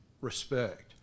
respect